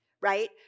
right